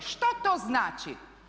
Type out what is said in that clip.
Što to znači?